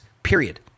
Period